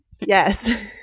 Yes